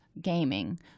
gaming